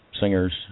singers